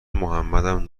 محمدم